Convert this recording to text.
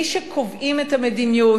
מי שקובעים את המדיניות,